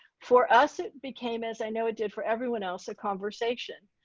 for us it became as i know it did for everyone else a conversation.